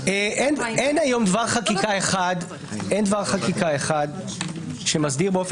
אין היום דבר חקיקה אחד שמסדיר באופן